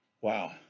Wow